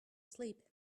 sleep